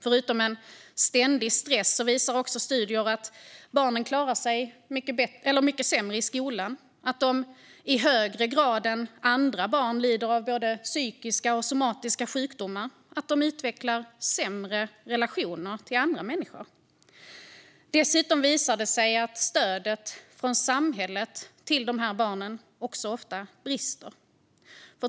Förutom en ständig stress visar studier att dessa barn klarar sig mycket sämre i skolan, att de i högre grad än andra barn lider av både psykiska och somatiska sjukdomar och att de utvecklar sämre relationer till andra människor. Dessutom visar det sig att stödet från samhället till dessa barn ofta brister.